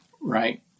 right